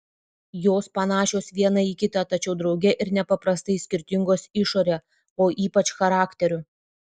jos panašios viena į kitą tačiau drauge ir nepaprastai skirtingos išore o ypač charakteriu